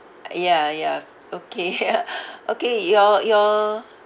ya ya okay ya okay your your